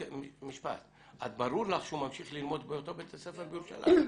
ברור לך שהוא ממשיך ללמוד באותו בית ספר בירושלים.